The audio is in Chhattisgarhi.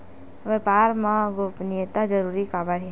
व्यापार मा गोपनीयता जरूरी काबर हे?